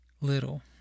little